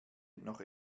noch